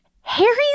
Harry